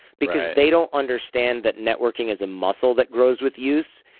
because they don't understand that networking is a muscle that grows with use,